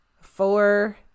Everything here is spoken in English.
Four